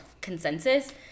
consensus